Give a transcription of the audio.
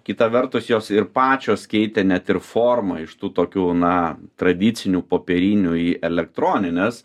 kita vertus jos ir pačios keitė net ir formą iš tų tokių na tradicinių popierinių į elektronines